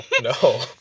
no